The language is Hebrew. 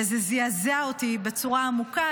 וזה זעזע אותי בצורה עמוקה,